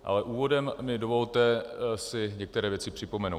Ale úvodem mi dovolte si některé věci připomenout.